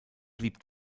blieb